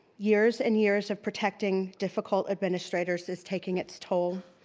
years and years of protecting difficult administrators is taking its toll.